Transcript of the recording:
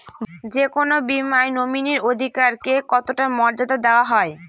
যে কোনো বীমায় নমিনীর অধিকার কে কতটা মর্যাদা দেওয়া হয়?